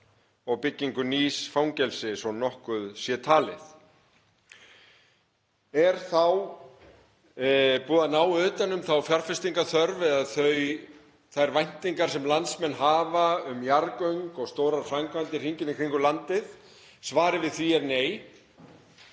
og byggingu nýs fangelsis svo að nokkuð sé talið. Er þá búið að ná utan um þá fjárfestingarþörf eða þær væntingar sem landsmenn hafa um jarðgöng og stórar framkvæmdir hringinn í kringum landið? Svarið við því er nei